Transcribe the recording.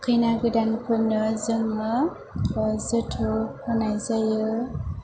खैना गोदानफोरनो जोङो जोथोब होनाय जायो